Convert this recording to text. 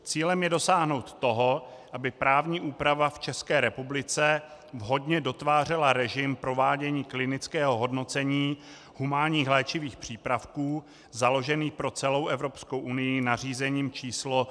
Cílem je dosáhnout toho, aby právní úprava v České republice vhodně dotvářela režim provádění klinického hodnocení humánních léčivých přípravků založený pro celou Evropskou unii nařízením č. 536/2014.